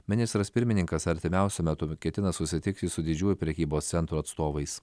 ministras pirmininkas artimiausiu metu ketina susitikti su didžiųjų prekybos centrų atstovais